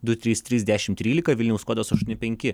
du trys trys dešimt trylika vilniaus kodas aštuoni penki